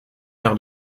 air